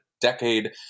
decade